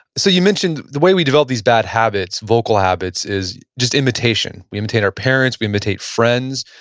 so you mentioned the way we develop these bad habits, vocal habits, is just imitation. we imitate our parents, we imitate friends.